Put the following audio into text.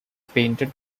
painted